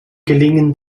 gelingen